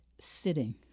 sitting